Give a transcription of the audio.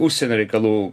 užsienio reikalų